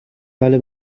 بله